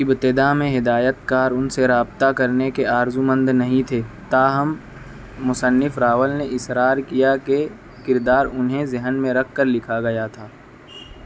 ابتدا میں ہدایت کار ان سے رابطہ کرنے کے آرزو مند نہیں تھے تاہم مصنف راول نے اصرار کیا کہ کردار انہیں ذہن میں رکھ کر لکھا گیا تھا